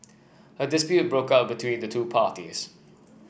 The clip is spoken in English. a dispute broke out between the two parties